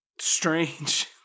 strange